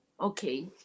okay